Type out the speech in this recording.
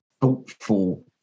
Thoughtful